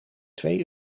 twee